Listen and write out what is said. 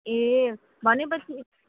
ए भनेपछि